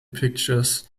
pictures